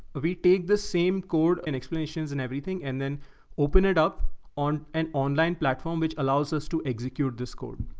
we take the same code and explanations and everything, and then open it up on an online platform, which allows us to execute this code.